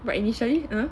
but initially uh